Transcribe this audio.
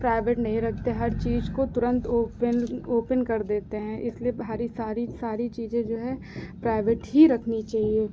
private नहीं रखते हर चीज को तुरंत ओपेन ओपन कर देते हैं इसलिए हरी सारी सारी चीज़ें जो है प्राइवेट ही रखनी चाहिए